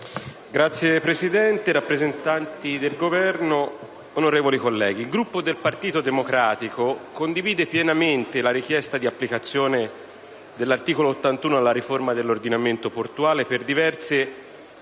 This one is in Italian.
Signor Presidente, rappresentanti del Governo, onorevoli colleghi, il Gruppo del Partito Democratico condivide pienamente la richiesta di applicazione dell'articolo 81 del Regolamento alla riforma dell'ordinamento portuale, per diverse